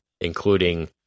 including